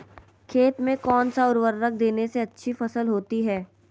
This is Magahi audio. खेत में कौन सा उर्वरक देने से अच्छी फसल होती है?